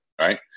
Right